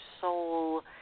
soul